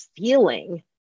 feeling